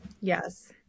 Yes